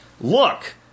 look